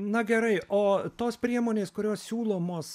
na gerai o tos priemonės kurios siūlomos